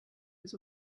was